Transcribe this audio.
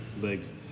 legs